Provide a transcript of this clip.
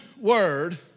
word